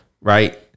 Right